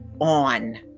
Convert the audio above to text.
on